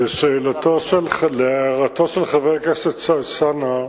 להערתו של חבר הכנסת אלסאנע,